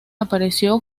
apareció